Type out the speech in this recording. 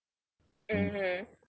mmhmm